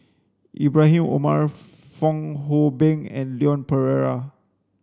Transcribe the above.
Ibrahim Omar Fong Hoe Beng and Leon Perera